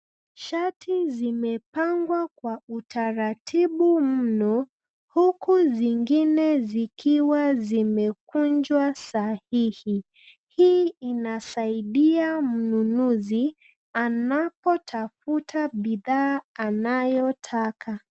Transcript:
Shati zimepangwa kwa utaratibu mno huku zingine zikiwa zimekunjwa sahihi. Hii inasaidia mnunuzi anapotafuta bidhaa anayotaka.